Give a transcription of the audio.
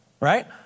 right